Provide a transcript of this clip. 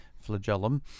flagellum